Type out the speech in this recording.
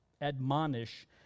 admonish